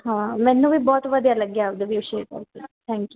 ਹਾਂ ਮੈਨੂੰ ਵੀ ਬਹੁਤ ਵਧੀਆ ਲੱਗਿਆ ਆਪਣਾ ਵਿਊ ਸ਼ੇਅਰ ਕਰਕੇ ਥੈਂਕ ਯੂ